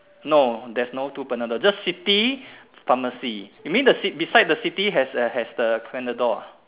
no there's no two Panadol just city pharmacy you mean the city beside the city has has the Panadol ah